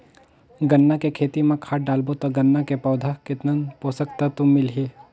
गन्ना के खेती मां खाद डालबो ता गन्ना के पौधा कितन पोषक तत्व मिलही?